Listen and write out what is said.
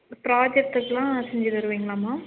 project ஒர்க்கெல்லாம் செஞ்சு தருவீங்களாங்க மேம்